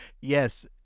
Yes